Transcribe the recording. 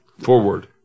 Forward